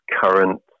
current